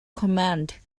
command